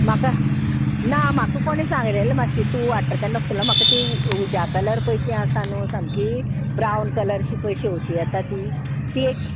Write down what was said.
म्हाका ना म्हाका कोणें सांगलेलें मातशी तूं वाडटा तेन्ना फुलां म्हाका ती उज्या कलर पय ती आसा न्हू सामकी ब्रावन कलरशी पय शेंवतीं येता तीं तीं एक